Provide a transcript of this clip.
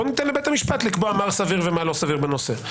בוא ניתן לבית המשפט לקבוע מה סביר ומה לא סביר בנושא.